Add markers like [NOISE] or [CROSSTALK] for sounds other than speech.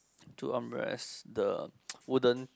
two armrest the [NOISE] wooden